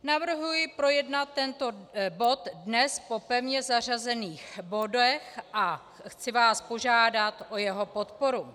Navrhuji projednat tento bod dnes po pevně zařazených bodech a chci vás požádat o jeho podporu.